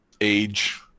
age